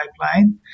pipeline